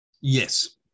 Yes